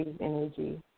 energy